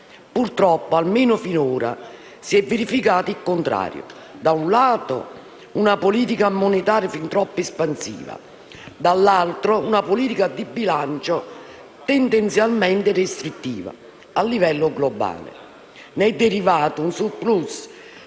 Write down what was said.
Purtroppo, almeno finora, si è verificato il contrario: da un lato una politica monetaria fin troppo espansiva; dall'altro una politica di bilancio tendenzialmente restrittiva, a livello globale. Ne è derivato un *surplus*